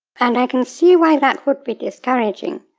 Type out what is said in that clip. and i can see why that would be discouraging,